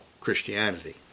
Christianity